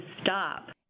stop